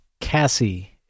Cassie